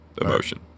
emotion